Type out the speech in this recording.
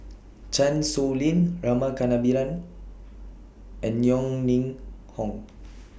Chan Sow Lin Rama Kannabiran and Yeo Ning Hong